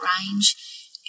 range